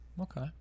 Okay